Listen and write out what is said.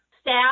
staff